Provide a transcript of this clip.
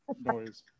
noise